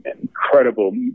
incredible